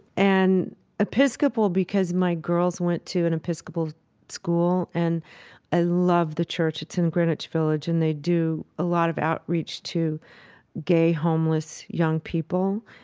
and episcopal, because my girls went to an episcopal school and i loved the church it's in greenwich village and they do a lot of outreach to gay, homeless, young people.